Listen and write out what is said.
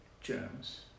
germs